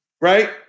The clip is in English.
right